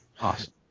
Awesome